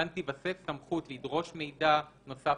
כאן תיווסף סמכות לדרוש מידע נוסף,